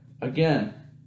Again